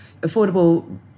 affordable